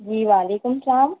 جی وعلیکم السلام